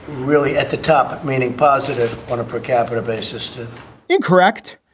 really at the top, meaning positive on a per capita basis incorrect.